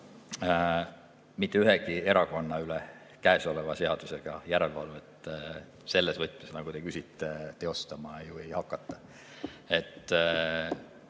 Mitte ühegi erakonna üle käesoleva seadusega järelevalvet selles võtmes, nagu te küsite, teostama ei hakata.